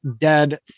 dead